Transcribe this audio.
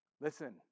listen